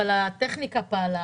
אבל הטכניקה פעלה,